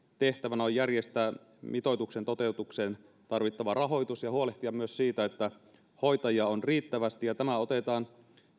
tehtävänä on järjestää mitoituksen toteutukseen tarvittava rahoitus ja huolehtia myös siitä että hoitajia on riittävästi ja tämä otetaan